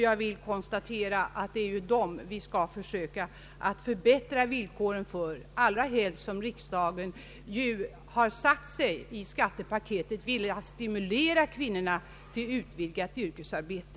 Jag konstaterar att det är för dem vi skall försöka förbättra villkoren, allra helst som riksdagen sagt sig i skattepaketet vilja stimulera kvinnorna till utvidgat yrkesarbete.